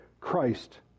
Christ